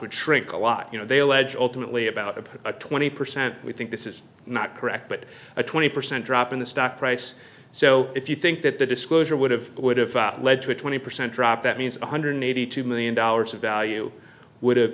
would shrink a lot you know they allege ultimately about a twenty percent we think this is not correct but a twenty percent drop in the stock price so if you think that the disclosure would have would have led to a twenty percent drop that means one hundred eighty two million dollars of value would have